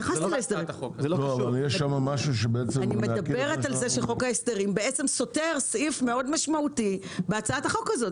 אני מדברת על זה שחוק ההסדרים סותר סעיף מאוד משמעותי בהצעת החוק הזאת.